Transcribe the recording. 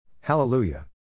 Hallelujah